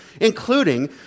including